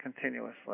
continuously